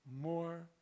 more